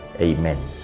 Amen